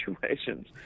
situations